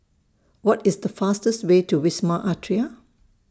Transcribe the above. What IS The fastest Way to Wisma Atria